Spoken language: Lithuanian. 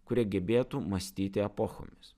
kurie gebėtų mąstyti epochomis